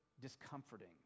discomforting